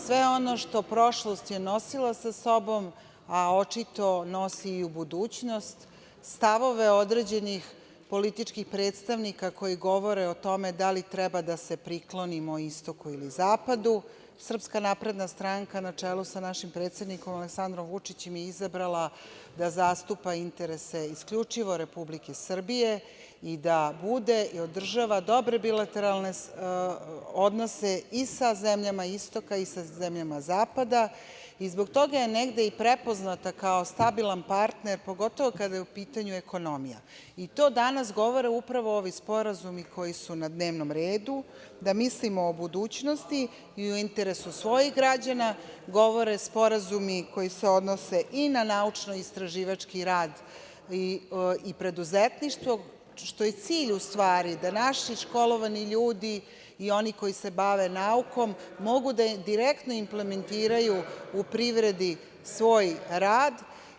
Sve ono što prošlost je nosila sa sobom, a očito nosi i u budućnost, stavove određenih političkih predstavnika koji govore o tome da li treba da se priklonimo istoku ili zapadu SNS na čelu sa našim predsednikom Aleksandrom Vučićem je izabrala da zastupa interese isključivo Republike Srbije i da bude i održava dobre bilateralne odnose i sa zemljama istoka i sa zemljama zapada, i zbog toga je negde i prepoznata kao stabilan partner, pogotovo kada je u pitanju ekonomija, i to danas govore upravo ovi sporazumi koji su na dnevnom redu, da mislimo o budućnosti i u interesu svojih građana, govore sporazumi koji se odnose i na naučno-istraživački rad i preduzetništvo, što je cilj u stvari da naši školovani ljudi i oni koji se bave naukom, mogu da direktno implementiraju u privredi svoj rad.